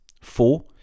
Four